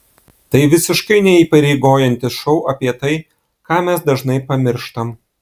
tai visiškai neįpareigojantis šou apie tai ką mes dažnai pamirštam